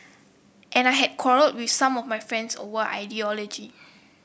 and I had quarrelled with some of my friends over ideology